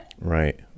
Right